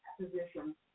position